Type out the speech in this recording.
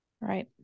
Right